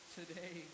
today